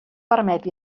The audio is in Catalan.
permet